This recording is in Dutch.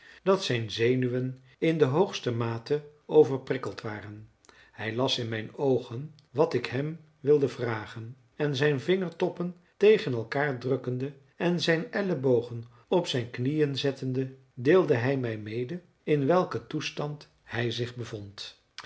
dat zijn zenuwen in de hoogste mate overprikkeld waren hij las in mijn oogen wat ik hem wilde vragen en zijn vingertoppen tegen elkaar drukkende en zijn ellebogen op zijn knieën zettende deelde hij mij mede in welken toestand hij zich bevond